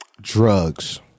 Drugs